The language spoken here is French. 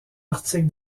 article